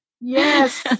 Yes